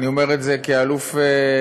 אני אומר את זה כאלוף במילואים,